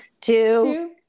Two